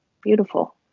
beautiful